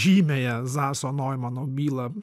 žymiąją zaso noimano bylą